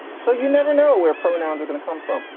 so you never know where pronouns are gonna come from.